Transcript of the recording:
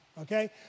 Okay